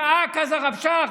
זעק אז הרב שך,